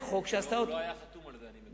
הוא לא היה חתום עליו, אני מקווה.